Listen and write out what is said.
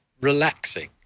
relaxing